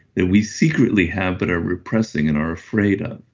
that we secretly have, but are repressing and are afraid of.